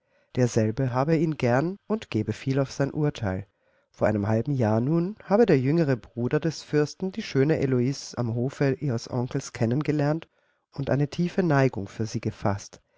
derselbe habe ihn gern und gebe viel auf sein urteil vor einem halben jahre nun habe der jüngere bruder des fürsten die schöne heloise am hofe ihres onkels kennen gelernt und eine tiefe neigung für sie gefaßt